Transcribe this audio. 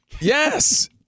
Yes